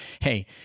hey